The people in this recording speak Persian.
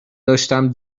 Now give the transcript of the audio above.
داشتم